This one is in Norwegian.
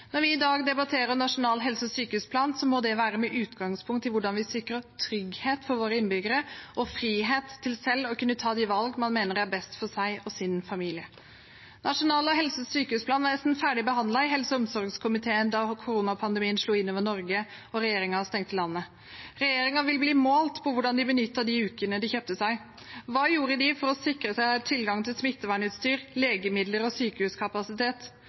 Når vi i dag debatterer Nasjonal helse- og sykehusplan, må det være med utgangspunkt i hvordan vi sikrer trygghet for våre innbyggere og frihet til selv å kunne ta de valg man mener er best for seg og sin familie. Nasjonal helse- og sykehusplan var nesten ferdigbehandlet i helse- og omsorgskomiteen da koronapandemien slo inn over Norge og regjeringen stengte landet. Regjeringen vil bli målt på hvordan de benyttet de ukene de kjøpte seg. Hva gjorde de for å sikre seg tilgang til smittevernutstyr, legemidler og sykehuskapasitet?